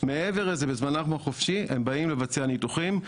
מעבר לזה בזמנם החופשי הם באים לבצע ניתוחים.